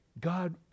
God